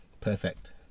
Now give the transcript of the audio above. perfect